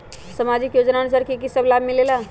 समाजिक योजनानुसार कि कि सब लाब मिलीला?